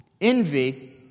Envy